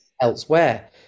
elsewhere